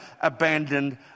abandoned